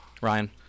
Ryan